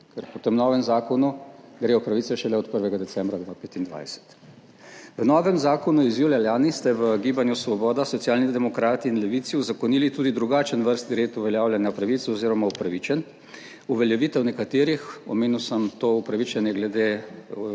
ker po tem novem zakonu gredo pravice šele od 1. decembra 2025. V novem zakonu iz julija lani ste v Gibanju Svoboda, Socialnih demokratih in Levici uzakonili tudi drugačen vrstni red uveljavljanja pravic oziroma upravičenj uveljavitev nekaterih, omenil sem to upravičenje glede